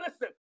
listen